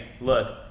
look